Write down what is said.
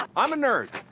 i'm a nerd.